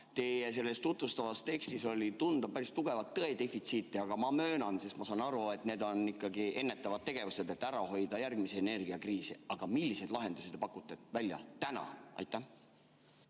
Teie tutvustavas tekstis oli tunda päris tugevat tõe defitsiiti. Ma möönan, et ma saan aru: need on ikkagi ennetavad tegevused, et ära hoida järgmisi energiakriise. Aga milliseid lahendusi te täna välja pakute? Aitäh!